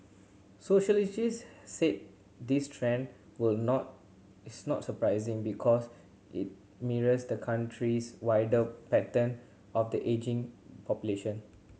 sociologists said this trend will not is not surprising because it mirrors the country's wider pattern of the ageing population